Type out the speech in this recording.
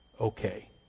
okay